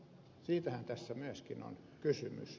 siitähän tässä myöskin on kysymys